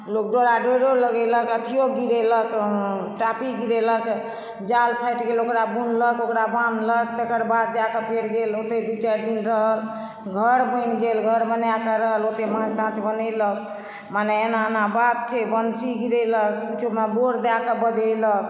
लोक डोड़ा डोइरो लगेलक अथियो भिजेलक अंय टाटी गिरेलक जाल फाटि गेल ओकरा बुनलक ओकरा बान्हलक तेकर बाद जायकऽ फेर गेल ओतै दू चारि दिन रहल घर बनि गेल घर बनाकऽ रहल ओतै माँछ तांछ बनैलक माने एना एना बात छै बंसी गिरेलक बंसीमे बोर दय कऽ बझेलक